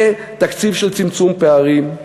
זה תקציב של צמצום פערים,